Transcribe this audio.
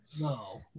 No